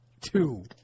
two